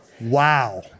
wow